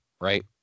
Right